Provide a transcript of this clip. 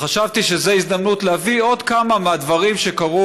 חשבתי שזו הזדמנות להביא עוד כמה מהדברים שקרו